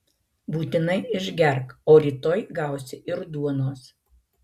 būtinai išgerk o rytoj gausi ir duonos